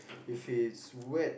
if it is wet